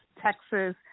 Texas